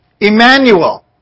Emmanuel